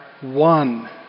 one